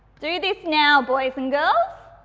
do this now boys and girls.